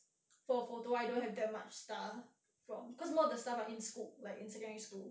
for photo I don't have that much stuff from cause most of the stuff are in school like in secondary school